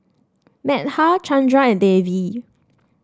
Medha Chandra and Devi